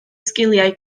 sgiliau